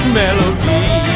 melody